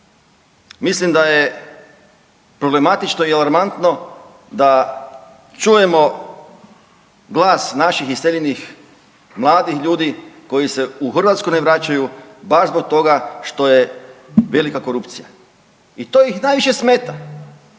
mislim da je problematično i alarmantno da čujemo glas naših iseljenih mladih ljudi koji se u Hrvatsku ne vraćaju baš zbog toga što je velika korupcija. I to ih najviše smeta.